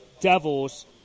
Devils